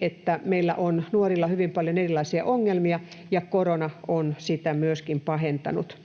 että meillä on nuorilla hyvin paljon erilaisia ongelmia, ja korona on niitä myöskin pahentanut.